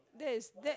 that is that